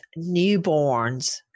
newborns